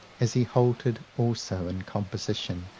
as he halted also in composition,